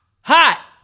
Hot